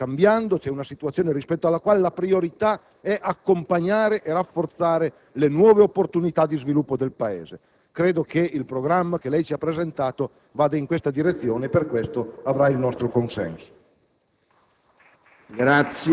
C'è una situazione che sta cambiando, rispetto alla quale la priorità è accompagnare e rafforzare le nuove opportunità di sviluppo del Paese. Credo che il programma che lei ci ha presentato vada in questa direzione e per questo avrà il nostro consenso.